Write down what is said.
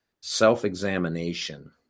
self-examination